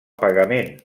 pagament